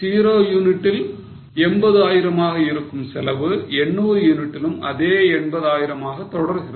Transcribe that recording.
0 யூனிட்டில் 80 ஆயிரமாக இருக்கும் செலவு 800 யூனிட்டிலும் அதே 80 ஆயிரமாகத்தான் தொடர்கிறது